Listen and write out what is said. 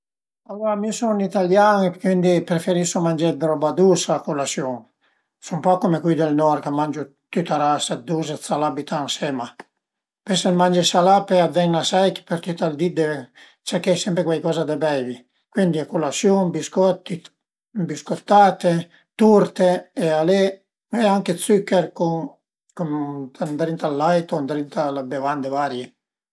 Alura mi sun italian e cuindi preferisu mangé d'roba dusa a culasiun, sun pa cum cui dël nord ch'a mangiu tüta rasa dë dus e salà bütà ënsema, pöi se mange salà a t'ven 'na sei che për tüt ël di deve cerché sempre cuaicoza da beivi, cuindi a culasiun biscotti, biscottate, turte e alé e anche d'süchèr ëndrinta al lait, ëndrinta a bevande varie